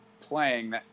playing